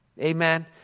Amen